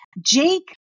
Jake